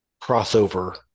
crossover